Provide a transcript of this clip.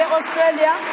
Australia